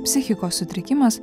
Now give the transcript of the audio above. psichikos sutrikimas